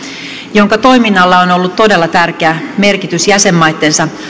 jonka toiminnalla on on ollut todella tärkeä merkitys jäsenmaittensa